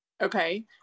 Okay